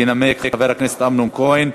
ינמק חבר הכנסת אמנון כהן.